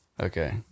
okay